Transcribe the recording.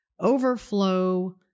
overflow